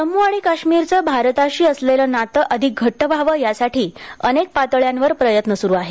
जम्म् आणि काश्मीरचं भारताशी असलेलं नातं अधिक घट्र व्हावं यासाठी अनेक पातळ्यांवर प्रयत्न सुरू आहेत